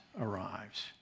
arrives